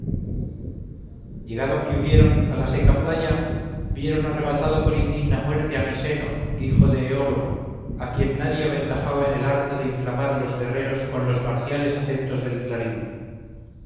llegado que hubieron a la seca playa vieron arrebatado por indigna muerte a miseno hijo de eolo a quien nadie aventajaba en el arte de inflamar a los guerreros con los marciales acentos del clarín